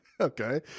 Okay